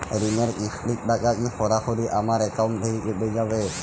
ঋণের কিস্তির টাকা কি সরাসরি আমার অ্যাকাউন্ট থেকে কেটে যাবে?